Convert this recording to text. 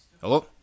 Hello